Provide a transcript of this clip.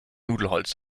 nudelholz